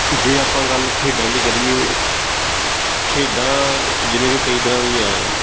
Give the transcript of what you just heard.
ਜੇ ਆਪਾਂ ਗੱਲ ਖੇਡਾਂ ਦੀ ਕਰੀਏ ਤਾਂ ਖੇਡਾਂ ਜਿਵੇਂ ਕਿ ਕਈ ਤਰ੍ਹਾਂ ਦੀਆਂ